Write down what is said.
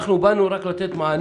אנחנו באנו רק לתת מענה.